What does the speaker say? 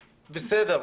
בסדר,